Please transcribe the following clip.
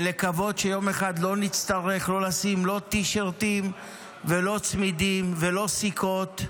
ולקוות שיום אחד לא נצטרך ללבוש לא טישרט ולא צמידים ולא סיכות,